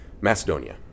Macedonia